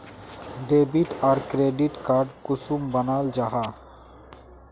Debit आर credit card कुंसम बनाल जाहा?